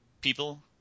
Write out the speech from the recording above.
people